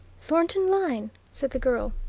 thornton lyne, said the girl.